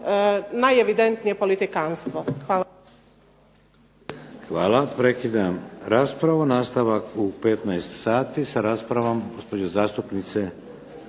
najevidentnije politikantstvo. Hvala. **Šeks, Vladimir (HDZ)** Hvala. Prekidam raspravu, nastavak u 15 sati sa raspravom gospođe zastupnice